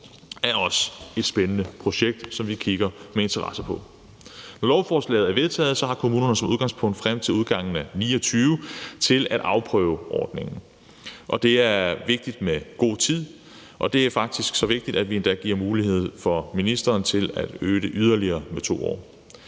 er også et spændende projekt, som vi kigger på med interesse. Når lovforslaget er vedtaget, har kommunerne som udgangspunkt frem til udgangen af 2029 til at afprøve ordningen. Det er vigtigt med god tid, og det er faktisk så vigtigt, at vi endda giver mulighed til ministeren for at øge det med 2 år